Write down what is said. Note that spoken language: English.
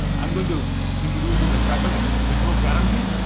i'm going to introduce you to faculty. there's no guarantee.